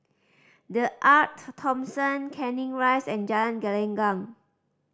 The Arte Thomson Canning Rise and Jalan Gelenggang